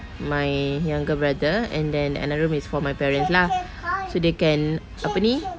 my younger brother and then another room is for my parents lah so they can apa ni